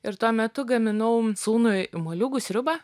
ir tuo metu gaminau sūnui moliūgų sriubą